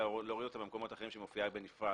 ולהוריד אותה ממקומות אחרים שבהם היא מופיעה בנפרד,